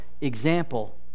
example